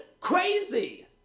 crazy